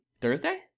Thursday